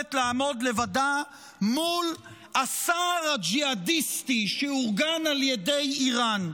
יכולת לעמוד לבדה מול השר הג'יהאדיסטי שאורגן על ידי איראן,